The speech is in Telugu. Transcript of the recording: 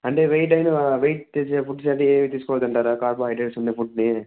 అంటే వెయిట్ అయినా వెయిట్ ఫుడ్స్ అంటే ఏవేవి తీసుకోవద్దు అంటారు కార్బోహైడ్రేట్స్ ఉండే ఫుడ్ని